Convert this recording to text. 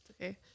okay